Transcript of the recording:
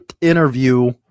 interview